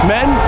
Men